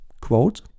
quote